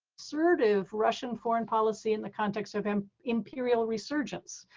sertive russian foreign policy in the context of um imperial resurgence,